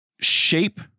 shape